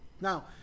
Now